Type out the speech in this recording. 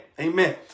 Amen